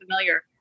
familiar